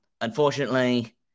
unfortunately